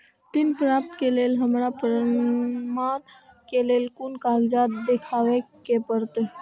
ऋण प्राप्त के लेल हमरा प्रमाण के लेल कुन कागजात दिखाबे के परते?